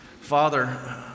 Father